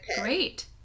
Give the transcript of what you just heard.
Great